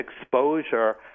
exposure